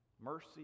mercy